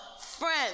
friends